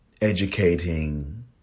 educating